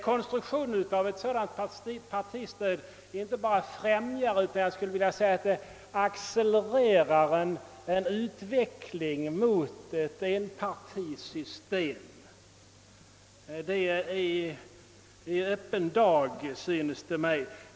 Konstruktionen av partistödet inte bara främjar utan accelererar en utveckling mot ett enpartisystem — det synes mig ligga i öppen dag.